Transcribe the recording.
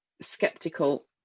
skeptical